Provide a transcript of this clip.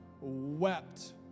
wept